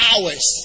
hours